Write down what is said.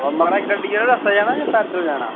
अवा महाराज गड्डी आह्ले रस्ते जाना जां पैदल जाना